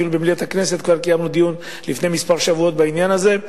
אפילו במליאת הכנסת כבר קיימנו דיון לפני כמה שבועות בעניין הזה,